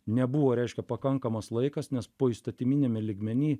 nebuvo reiškia pakankamas laikas nes poįstatyminiame lygmeny